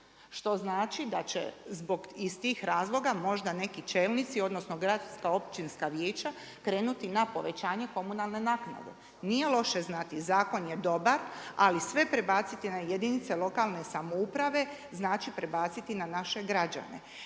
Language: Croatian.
Što znači da će iz tih razloga možda neki čelnici, odnosno, gradska, općinska vijeća, krenuti na povećanje komunalne naknade. Nije loše znati, zakon je dobar, ali sve prebaciti na jedinica lokalne samouprave, znači prebaciti na naše građane.